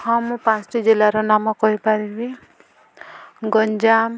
ହଁ ମୁଁ ପାଞ୍ଚଟି ଜିଲ୍ଲାର ନାମ କହିପାରିବି ଗଞ୍ଜାମ